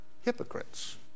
hypocrites